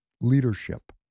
leadership